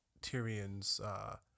Tyrion's